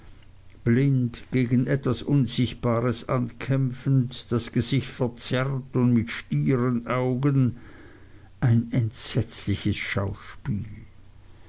blind gegen etwas unsichtbares ankämpfend das gesicht verzerrt und mit stieren augen ein entsetzliches schauspiel